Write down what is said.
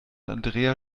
andrea